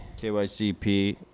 KYCP